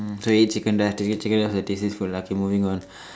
mm tandoori chicken ah tandoori chicken is the tastiest food okay lah moving on